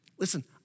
Listen